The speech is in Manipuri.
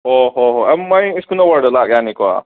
ꯑꯣ ꯍꯣꯏ ꯍꯣꯏ ꯑꯗꯣ ꯃꯥꯏ ꯁ꯭ꯀꯨꯜ ꯑꯋꯥꯔꯗ ꯂꯥꯛ ꯌꯥꯅꯤꯀꯣ